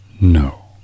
No